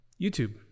YouTube